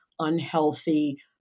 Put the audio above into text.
unhealthy